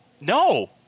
No